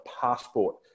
passport